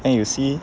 and you see